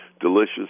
delicious